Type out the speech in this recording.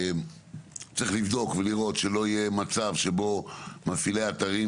צריך לבדוק ולראות שלא יהיה מצב שבו מפעילי האתרים,